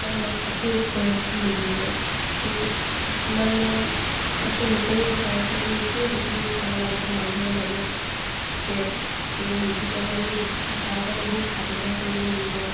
আমাক চাপৰ্ট কৰে ফেমিলিয়ে ত' কিছুমানৰ ছাপৰ্ট নকৰিব পাৰে ত' এইটোৱেই জটিল ধাৰণাটো মানুহৰ মাজত থাকে ত' সেইটো কাৰণে আমি বহুত তাৰ কাৰণে বহুত সাধনা কৰিব লাগিব